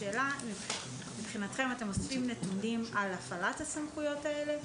השאלה היא אם מבחינתכם אתם אוספים נתונים על הפרת הסמכויות האלה?